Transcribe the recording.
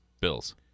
Bills